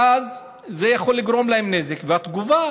ואז זה יכול לגרום להם נזק, והתגובה